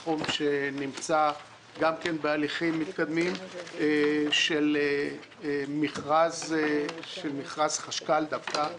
סכום שנמצא גם כן בהליכים מתקדמים של מכרז חשכ"ל דווקא,